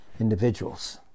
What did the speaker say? individuals